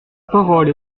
parole